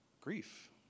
grief